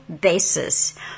basis